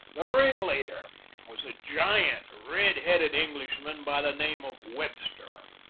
the ringleader was a giant, red-headed englishman by the name of webster.